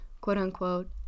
quote-unquote